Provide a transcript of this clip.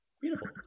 Beautiful